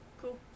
Cool